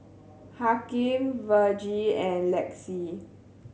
Hakim Vergie and Lexie